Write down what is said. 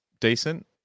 decent